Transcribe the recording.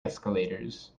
escalators